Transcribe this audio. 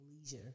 leisure